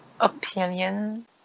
opinion